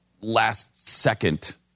last-second